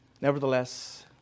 Nevertheless